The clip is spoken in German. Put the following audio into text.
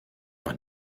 noch